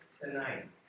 tonight